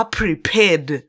prepared